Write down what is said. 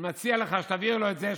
אני מציע לך שתעביר לו את זה,